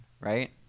right